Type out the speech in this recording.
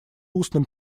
устным